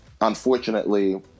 Unfortunately